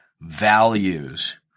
values